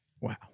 Wow